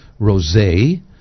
Rosé